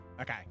Okay